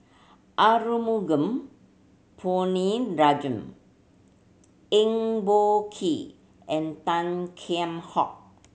Arumugam Ponnu Rajah Eng Boh Kee and Tan Kheam Hock